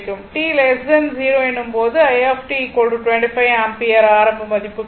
t 0 எனும் போது i 25 ampere ஆரம்ப மதிப்பு கிடைக்கும்